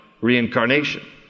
reincarnation